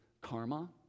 karma